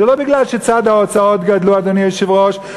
זה לא מפני שצד ההוצאות גדל, אדוני היושב-ראש.